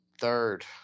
Third